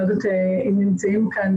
אני לא יודעת אם נמצאים כאן,